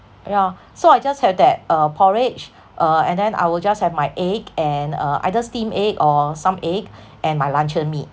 yeah so I just have that uh porridge uh and then I will just have my egg and uh either steamed egg or some egg and my luncheon meat